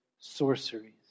sorceries